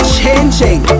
changing